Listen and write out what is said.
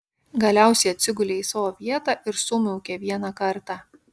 galiausiai atsigulė į savo vietą ir sumiaukė vieną kartą